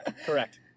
Correct